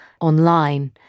online